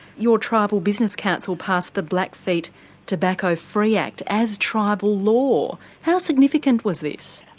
your tribal business council passed the blackfeet tobacco free act as tribal law. how significant was this?